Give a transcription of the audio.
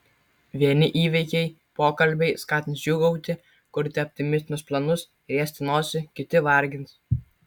vieni įvykiai pokalbiai skatins džiūgauti kurti optimistinius planus riesti nosį kiti vargins